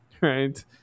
Right